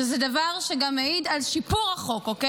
שזה דבר שגם מעיד על שיפור החוק, אוקיי?